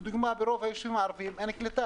לדוגמה, ברוב היישובים הערביים אין קליטה